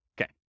Okay